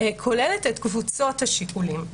כוללת את קבוצות השיקולים.